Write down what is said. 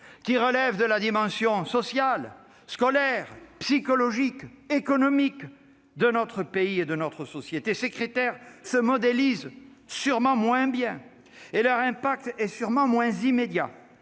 qui relèvent de la dimension sociale, scolaire, psychologique, économique de notre pays et de notre société. Ces critères se modélisent sûrement moins bien et leur impact est sûrement moins immédiat,